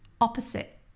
opposite